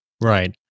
Right